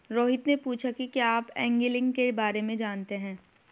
रोहित ने पूछा कि क्या आप एंगलिंग के बारे में जानते हैं?